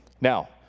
Now